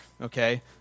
okay